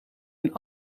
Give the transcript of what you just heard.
een